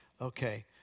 Okay